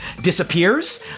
disappears